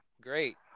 great